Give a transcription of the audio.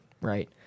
Right